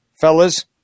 fellas